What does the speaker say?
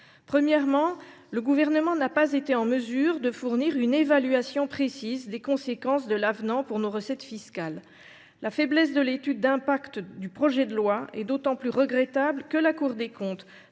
Premièrement, le Gouvernement n’a pas été en mesure de fournir une évaluation précise des conséquences de l’avenant pour nos recettes fiscales. La faiblesse de l’étude d’impact attachée au projet de loi est d’autant plus regrettable que la Cour des comptes,